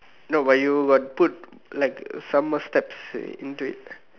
no but you got put like some more steps into it